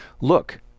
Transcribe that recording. look